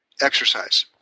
exercise